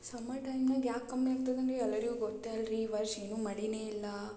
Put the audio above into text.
summer time ಅಲ್ಲಿ ಯಾಕೆ ಕಮ್ಮಿ ಆಗ್ತದಂದರೆ ಎಲ್ಲರಿಗು ಗೊತ್ತಲ್ಲ ರೀ ಈ ವರ್ಷ ಏನು ಮಳೆನೇ ಇಲ್ಲ